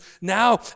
now